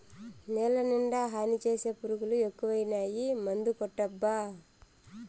నేలనిండా హాని చేసే పురుగులు ఎక్కువైనాయి మందుకొట్టబ్బా